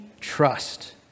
trust